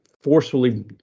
forcefully